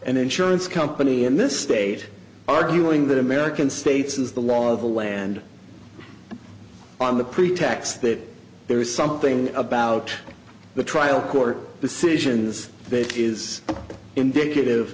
an insurance company in this state arguing that american states is the law of the land on the pretext that there is something about the trial court decisions big is indicative